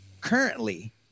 currently